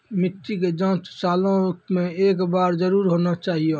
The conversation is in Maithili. मिट्टी के जाँच सालों मे एक बार जरूर होना चाहियो?